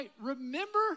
remember